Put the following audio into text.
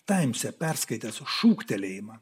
taimse perskaitęs šūktelėjimą